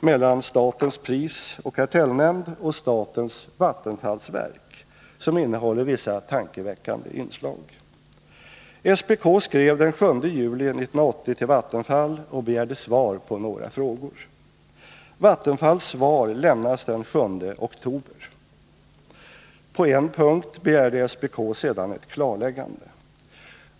mellan statens prisoch kartellnämnd och statens vattenfallsverk, som innehåller vissa tankeväckande inslag. SPK skrev den 7 juli 1980 till Vattenfall och begärde svar på några frågor. Vatenfalls svar lämnades den 7 oktober. På en punkt begärde SPK sedan ett klarläggande.